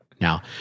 now